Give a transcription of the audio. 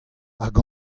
hag